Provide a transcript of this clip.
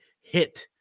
hit